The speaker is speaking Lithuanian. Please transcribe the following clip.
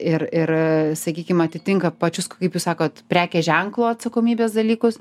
ir ir sakykim atitinka pačius kaip jūs sakot prekės ženklo atsakomybės dalykus